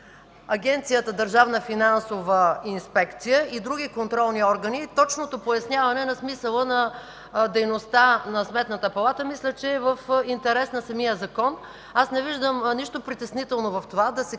Агенция „Държавна финансова инспекция” и други контролни органи. Точното поясняване на смисъла на дейността на Сметната палата мисля, че е в интерес на самия закон. Аз не виждам нищо притеснително в това да се